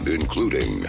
including